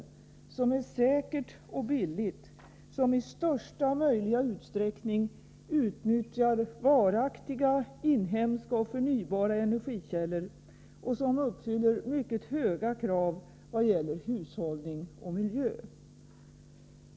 Detta skall vara säkert och billigt, det skall i största möjliga utsträckning utnyttja varaktiga, inhemska och förnyelsebara energikällor, och det skall uppfylla mycket höga krav i vad gäller hushållning och miljö.